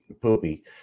poopy